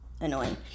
annoying